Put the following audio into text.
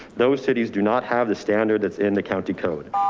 those cities do not have the standard that's in the county code.